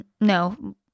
No